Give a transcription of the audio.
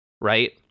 right